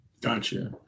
Gotcha